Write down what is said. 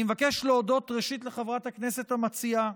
אני מבקש להודות ראשית לחברת הכנסת המציעה,